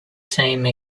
same